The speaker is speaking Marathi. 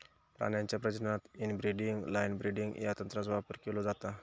प्राण्यांच्या प्रजननात इनब्रीडिंग लाइन ब्रीडिंग या तंत्राचो वापर केलो जाता